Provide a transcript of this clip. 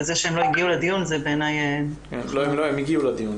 וזה שהם לא הגיעו לדיון --- הם הגיעו לדיון.